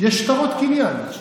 יש שטרות קניין.